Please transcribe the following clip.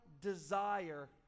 desire